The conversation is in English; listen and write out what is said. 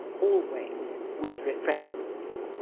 always with refreshments.